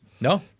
No